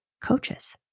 coaches